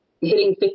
hitting